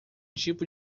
tipo